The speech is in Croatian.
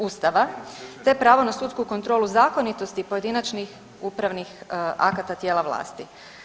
Ustava te pravo na sudsku kontrolu zakonitosti pojedinačnih upravnih akata tijela vlasti.